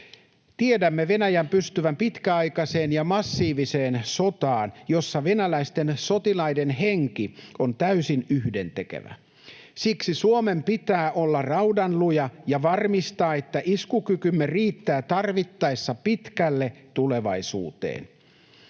Tiedämme Venäjän pystyvän pitkäaikaiseen ja massiiviseen sotaan, jossa venäläisten sotilaiden henki on täysin yhdentekevä. Siksi Suomen pitää olla raudanluja ja varmistaa, että iskukykymme riittää tarvittaessa pitkälle tulevaisuuteen,